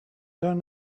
done